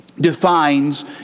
defines